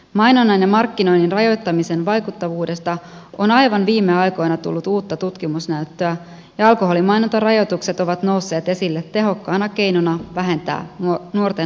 mainonnan ja markkinoinnin rajoittamisen vaikuttavuudesta on aivan viime aikoina tullut uutta tutkimusnäyttöä ja alkoholimainontarajoitukset ovat nousseet esille tehokkaana keinona vähentää nuorten alkoholinkäyttöä